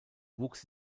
wuchs